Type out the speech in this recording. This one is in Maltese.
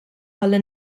ħalli